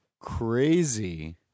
crazy